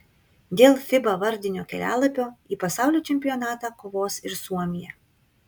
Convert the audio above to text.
dėl fiba vardinio kelialapio į pasaulio čempionatą kovos ir suomija